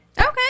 Okay